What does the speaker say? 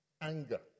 Anger